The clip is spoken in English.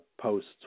posts